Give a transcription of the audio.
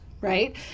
Right